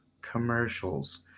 commercials